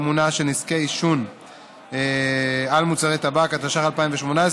תמונה של נזקי עישון על מוצרי טבק) התשע"ח 2018,